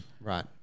Right